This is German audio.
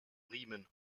riemen